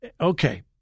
Okay